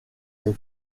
des